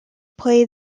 play